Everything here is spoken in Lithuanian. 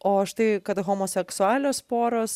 o štai kad homoseksualios poros